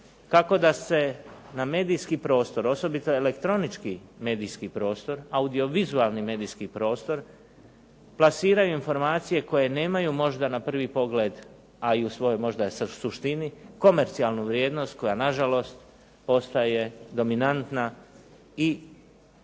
kako da se na medijski prostor, osobito elektronički medijski prostor, audiovizualni medijski prostor, plasiraju informacije koje nemaju možda na prvi pogled, a i u svojoj možda suštini komercijalnu vrijednost koja nažalost postaje dominantna i